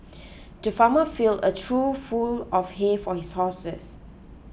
the farmer filled a trough full of hay for his horses